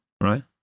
right